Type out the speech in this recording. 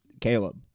Caleb